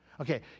Okay